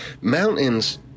mountains